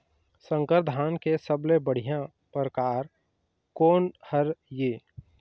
संकर धान के सबले बढ़िया परकार कोन हर ये?